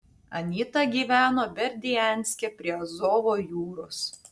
anyta gyveno berdianske prie azovo jūros